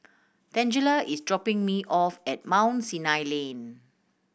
Tangela is dropping me off at Mount Sinai Lane